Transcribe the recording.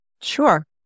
Sure